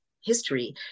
history